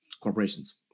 corporations